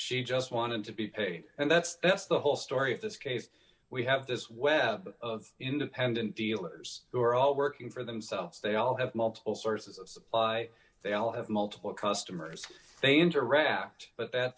she just wanted to be paid and that's that's the whole story of this case we have this web of independent dealers who are all working for themselves they all have multiple sources of supply they all have multiple customers they interact but that